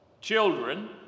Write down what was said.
children